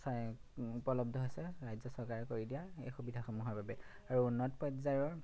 উপলব্ধ হৈছে ৰাজ্য চৰকাৰে কৰি দিয়া এই সুবিধাসমূহৰ বাবে আৰু উন্নত পৰ্যায়ৰ